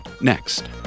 next